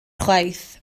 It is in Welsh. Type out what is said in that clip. chwaith